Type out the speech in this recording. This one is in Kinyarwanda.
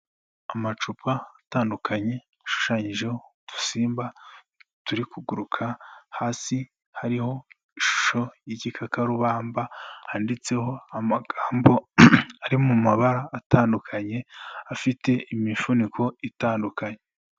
Amacupa atandukanye ashushanyijeho udusimba turi kuguruka, hasi hariho ishusho y'igikakarubamba, handitseho amagambo ari mu mabara atandukanye, afite imifuniko itandukanye.